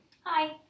Hi